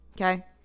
Okay